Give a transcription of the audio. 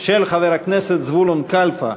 של חבר הכנסת זבולון קלפה.